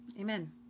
Amen